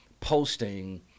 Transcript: posting